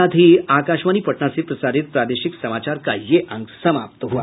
इसके साथ ही आकाशवाणी पटना से प्रसारित प्रादेशिक समाचार का ये अंक समाप्त हुआ